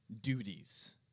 duties